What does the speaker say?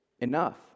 enough